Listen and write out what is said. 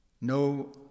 no